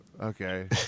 okay